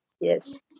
Yes